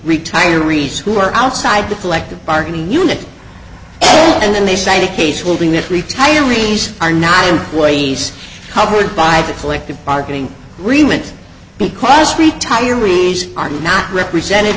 retirees who are outside the collective bargaining unit and they say the case will bring that retirees are not employees covered by the collective bargaining agreement because retirees are not represented